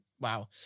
wow